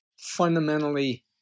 fundamentally